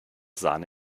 sahne